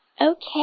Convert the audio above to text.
Okay